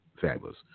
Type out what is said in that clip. fabulous